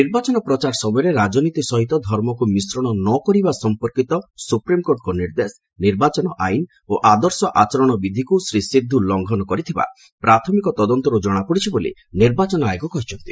ନିର୍ବାଚନ ପ୍ରଚାର ସମୟରେ ରାଜନୀତି ସହିତ ଧର୍ମକୁ ମିଶ୍ରନ ନ କରିବା ସମ୍ପର୍କୀତ ସୁପ୍ରିମକୋର୍ଟଙ୍କ ନିର୍ଦ୍ଦେଶ ନିର୍ବାଚନ ଆଇନ ଓ ଆଦର୍ଶ ଆଚରଣ ବିଧିକୁ ଶ୍ରୀ ସିଦ୍ଧୁ ଲଂଘନ କରିଥିବା ପ୍ରାଥମିକ ତଦନ୍ତରୁ ଜଣାପଡିଛି ବୋଲି ନିର୍ବାଚନ ଆୟୋଗ କହିଛନ୍ତି